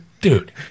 Dude